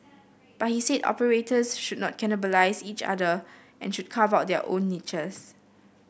but he said operators should not cannibalise each other and should carve out their own niches